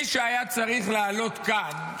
מי שהיה צריך לעלות כאן,